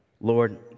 Lord